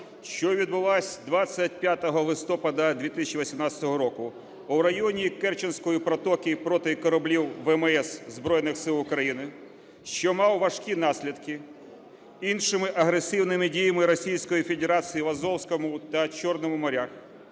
що відбулася 25 листопада 2018 року у районі Керченської протоки проти кораблів ВМС Збройних Сил України, що мав важкі наслідки, іншими агресивними діями російської Федерації в Азовському та Чорному морях,